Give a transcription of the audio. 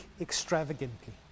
extravagantly